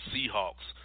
Seahawks